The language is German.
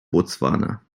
botswana